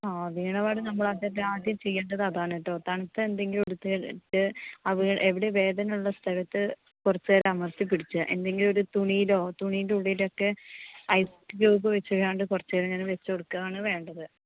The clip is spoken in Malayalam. ആ വീണ പാട് നമ്മൾ ആദ്യം ചെയ്യെണ്ടത് അതാണ് കെട്ടോ തണുത്ത എന്തെങ്കിലും എടുത്ത് വെച്ച് എവിടെ വേദന ഉള്ള സ്ഥലത്ത് കുറച്ച് നേരം അമർത്തി പിടിച്ചാൽ എന്തെങ്കിലും ഒരു തുണിയിലോ തുണീൻ്റെ ഉള്ളിലൊക്കെ ഐസ് ക്യൂബ് വെച്ച്ക്കാണ്ട് കുറച്ച് നേരം ഇങ്ങനെ വെച്ച് കൊടുക്കുക ആണ് വേണ്ടത്